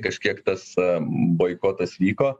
kažkiek tas boikotas vyko